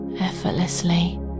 effortlessly